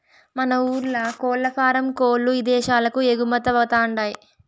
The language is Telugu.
మన ఊర్ల కోల్లఫారం కోల్ల్లు ఇదేశాలకు ఎగుమతవతండాయ్